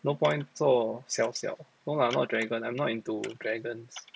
no point 做小小 no lah not dragon I'm not into dragons